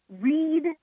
Read